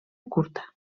curta